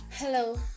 Hello